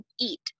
eat